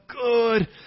good